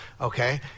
Okay